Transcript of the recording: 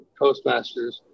Coastmasters